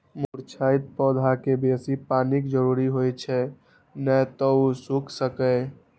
मुरझाइत पौधाकें बेसी पानिक जरूरत होइ छै, नै तं ओ सूखि सकैए